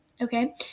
Okay